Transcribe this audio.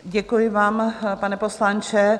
Děkuji vám, pane poslanče.